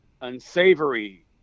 unsavory